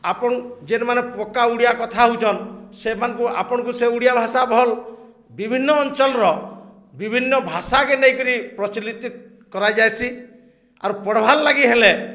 ଆପଣ ଯେନ୍ ମାନ ପକ୍କା ଓଡ଼ିଆ କଥା ହଉଛନ୍ ସେମାନଙ୍କୁ ଆପଣଙ୍କୁ ସେ ଓଡ଼ିଆ ଭାଷା ଭଲ୍ ବିଭିନ୍ନ ଅଞ୍ଚଳର ବିଭିନ୍ନ ଭାଷାକେ ନେଇକିରି ପ୍ରଚଳିତ କରାଯାଏସି ଆର୍ ପଢ଼ବାର୍ ଲାଗି ହେଲେ